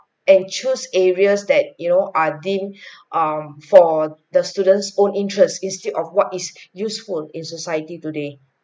and chose areas that you know are deemed um for the students' own interest instead of what is useful in society today